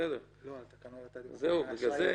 אתה דיברת על --- כן.